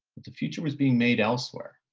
the future was being made elsewhere,